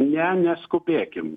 ne neskubėkim